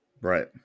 Right